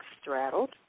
straddled